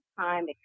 time